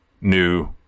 new